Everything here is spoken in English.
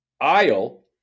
aisle